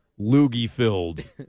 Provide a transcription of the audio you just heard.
loogie-filled